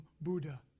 Buddha